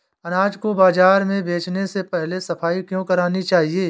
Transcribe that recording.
अनाज को बाजार में बेचने से पहले सफाई क्यो करानी चाहिए?